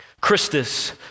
Christus